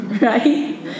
Right